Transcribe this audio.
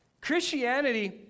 Christianity